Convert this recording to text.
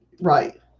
Right